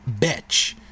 Bitch